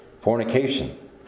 Fornication